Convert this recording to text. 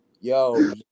Yo